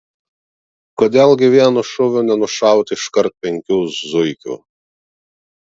kodėl gi vienu šūviu nenušauti iškart penkių zuikių